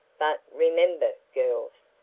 but remember, girls,